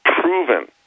proven